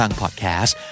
podcast